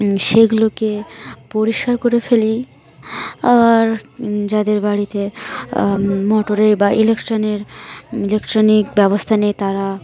সেগুলোকে পরিষ্কার করে ফেলি আর যাদের বাড়িতে মোটরে বা ইলেকট্রনের ইলেকট্রনিক ব্যবস্থা নেই তারা